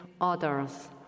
others